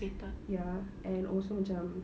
yes ya and also macam